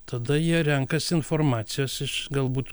tada jie renkasi informacijos iš galbūt